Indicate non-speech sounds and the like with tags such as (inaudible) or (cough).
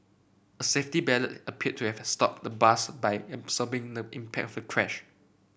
a safety (unintelligible) appeared to have stopped the bus by absorbing the impact of the crash